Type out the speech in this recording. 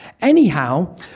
Anyhow